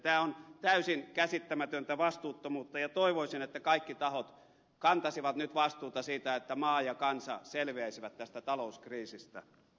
tämä on täysin käsittämätöntä vastuuttomuutta ja toivoisin että kaikki tahot kantaisivat nyt vastuuta siitä että maa ja kansa selviäisivät tästä talouskriisistä